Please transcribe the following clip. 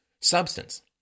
substance